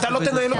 אתה לא תנהל אותי.